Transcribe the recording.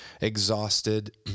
exhausted